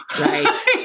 Right